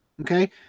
okay